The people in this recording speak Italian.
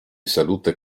salute